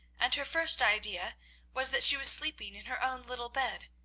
and her first idea was that she was sleeping in her own little bed.